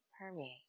permeate